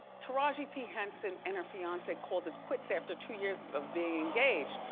taraji p. henson and her fiance called it quits after two years of being engaged.